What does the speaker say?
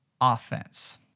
offense